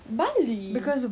bali